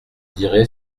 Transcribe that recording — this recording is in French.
dirai